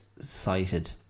cited